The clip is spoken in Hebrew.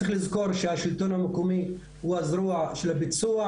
צריך לזכור שהשלטון המקומי הוא הזרוע של הביצוע,